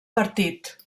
partit